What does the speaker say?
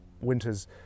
winters